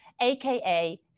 AKA